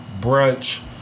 brunch